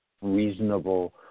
reasonable